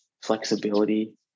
flexibility